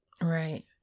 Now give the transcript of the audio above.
Right